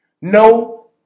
No